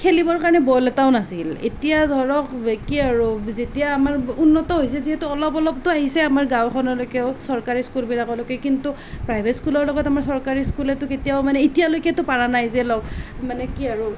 খেলিবৰ কাৰণে বল এটাও নাছিল এতিয়া ধৰক কি আৰু যেতিয়া আমাৰ উন্নত হৈছে যিহেতু অলপ অলপতো আহিছে আমাৰ গাঁওখনলৈকে হওক চৰকাৰী স্কুলবিলাকৰ লৈকে কিন্তু প্ৰাইভেট স্কুলৰ লগত আমাৰ চৰকাৰী স্কুলেতো কেতিয়াও মানে এতিয়ালৈকেতো পাৰা নাই যে লগ মানে কি আৰু